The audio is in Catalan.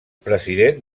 president